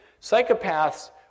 Psychopaths